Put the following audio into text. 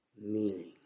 meaning